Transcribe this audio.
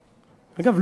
אגב,